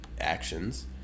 actions